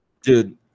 Dude